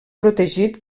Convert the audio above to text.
protegit